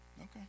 okay